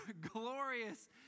glorious